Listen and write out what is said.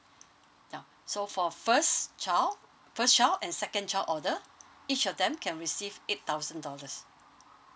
now so for first child first child and second child order each of them can receive eight thousand dollars